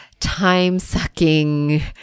Time-sucking